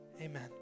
Amen